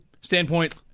standpoint